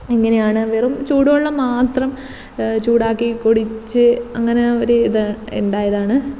എങ്ങനെയാണ് വെറും ചൂടുവെള്ളം മാത്രം ചൂടാക്കി കുടിച്ച് അങ്ങനെ ഒരു ഇത് ഉണ്ടായതാണ്